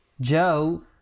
Joe